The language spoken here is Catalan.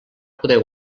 poder